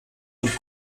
and